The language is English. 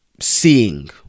seeing